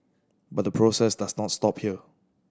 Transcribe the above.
but the process does not stop here